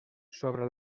sobre